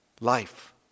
life